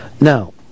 Now